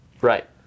right